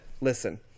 listen